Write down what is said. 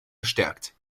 gestärkt